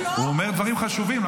הוא אומר דברים חשובים.